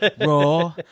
Raw